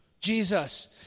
Jesus